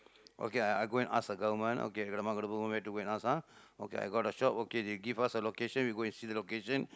okay I I go and ask the government okay I know where to ask ah okay I got a shop okay they give us a location we go and see the location